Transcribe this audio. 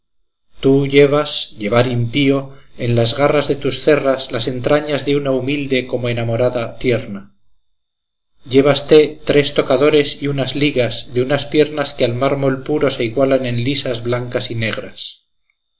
tú llevas llevar impío en las garras de tus cerras las entrañas de una humilde como enamorada tierna llévaste tres tocadores y unas ligas de unas piernas que al mármol puro se igualan en lisas blancas y negras